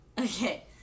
Okay